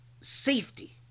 safety